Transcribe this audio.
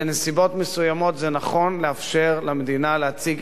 נכון לאפשר למדינה להציג עמדה מפורטת,